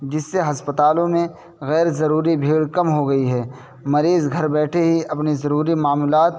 جس سے ہسپتالوں میں غیرضروری بھیڑ کم ہو گئی ہے مریض گھر بیٹھے ہی اپنے ضروری معاملات